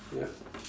yup